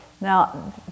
Now